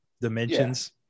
dimensions